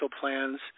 plans